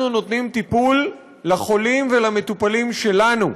נותנים טיפול לחולים ולמטופלים שלנו,